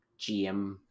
GM